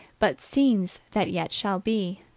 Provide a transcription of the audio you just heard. but scenes that yet shall be,